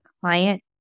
client